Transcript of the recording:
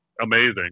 amazing